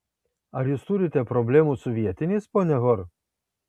ar jūs turite problemų su vietiniais ponia hor